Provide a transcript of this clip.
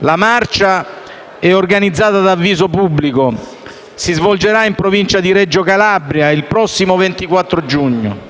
La marcia è organizzata da Avviso pubblico e si svolgerà in provincia di Reggio Calabria il prossimo 24 giugno.